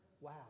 wow